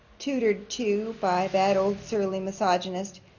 tutored, too, by that old surly misogynist,